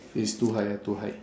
is too high ah too high